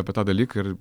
apie tą dalyką ir